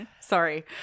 sorry